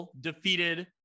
defeated